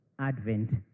advent